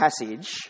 passage